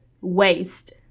waste